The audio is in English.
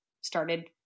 started